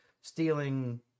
Stealing